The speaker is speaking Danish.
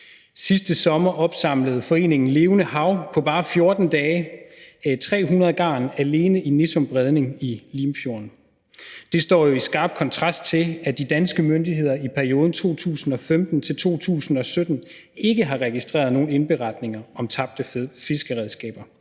Sidste sommer opsamlede foreningen Levende Hav på bare 14 dage 300 garn alene i Nissum Bredning i Limfjorden. Det står jo i skarp kontrast til, at de danske myndigheder i perioden 2015-2017 ikke har registreret nogen indberetninger om tabte fiskeredskaber,